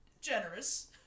generous